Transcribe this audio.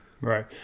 Right